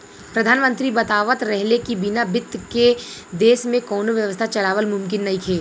प्रधानमंत्री बतावत रहले की बिना बित्त के देश में कौनो व्यवस्था चलावल मुमकिन नइखे